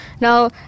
Now